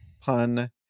pun